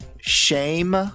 shame